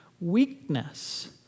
weakness